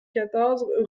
quatorze